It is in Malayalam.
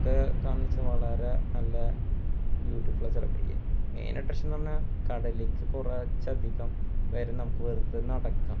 ക്കേ കാണിച്ച വളരെ നല്ല ബ്യൂട്ടിഫുളായ സ്ഥലാണ് മെയിൻ അട്ട്രാക്ഷൻ എന്ന് പറഞ്ഞാൽ കടലിലേക്ക് കുറച്ച് അധികം വരെ നമുക്ക് വെറുതെ നടക്കാം